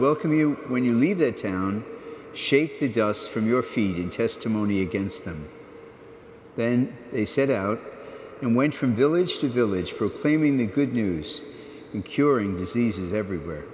welcome you when you leave the town shake the dust from your feet and testimony against them then they sent him out and went from village to village proclaiming the good news in curing diseases everywhere